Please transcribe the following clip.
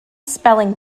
spelling